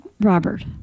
Robert